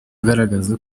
agaragaza